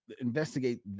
investigate